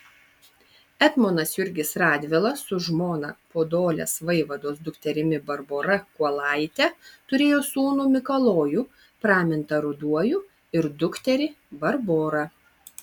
etmonas jurgis radvila su žmona podolės vaivados dukterimi barbora kuolaite turėjo sūnų mikalojų pramintą ruduoju ir dukterį barborą